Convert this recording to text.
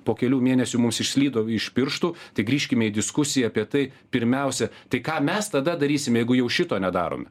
po kelių mėnesių mums išslydo iš pirštų tik grįžkime į diskusiją apie tai pirmiausia tai ką mes tada darysime jeigu jau šito nedarome